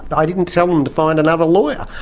but i didn't tell them to find another lawyer,